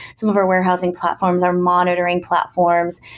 some of our warehousing platforms, our monitoring platforms.